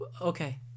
okay